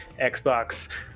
Xbox